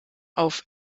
auf